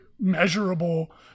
measurable